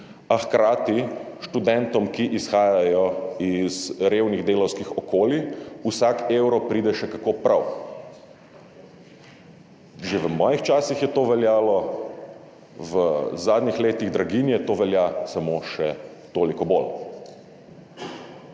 a hkrati študentom, ki izhajajo iz revnih delavskih okolij, vsak evro pride še kako prav. Že v mojih časih je to veljalo, v zadnjih letih draginje to velja samo še toliko bolj.